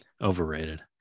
overrated